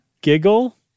Giggle